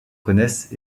connaissent